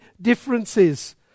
differences